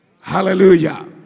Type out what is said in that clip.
Hallelujah